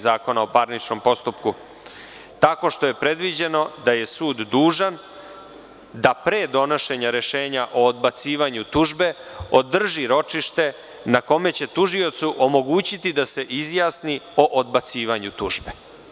Zakona o parničnom postupku, tako što je predviđeno da je sud dužan da pre donošenja rešenja o odbacivanju tužbe održi ročište na kome će tužiocu omogućiti da se izjasni o odbacivanju tužbe.